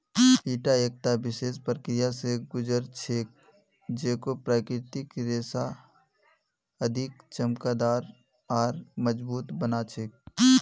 ईटा एकता विशेष प्रक्रिया स गुज र छेक जेको प्राकृतिक रेशाक अधिक चमकदार आर मजबूत बना छेक